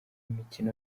mikino